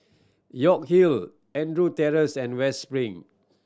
York Hill Andrew Terrace and West Spring